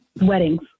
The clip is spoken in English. weddings